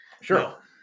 Sure